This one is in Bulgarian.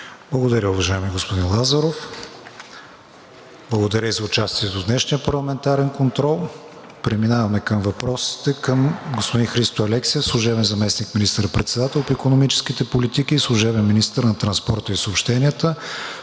Благодаря, уважаеми господин Лазаров. Благодаря и за участието в днешния парламентарен контрол. Преминаваме към въпросите към господин Христо Алексиев, служебен заместник министър-председател по икономическите политики и служебен министър на транспорта и съобщенията.